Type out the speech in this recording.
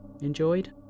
enjoyed